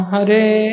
Hare